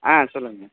ஆ சொல்லுங்கள் மேடம்